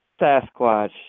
Sasquatch